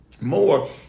more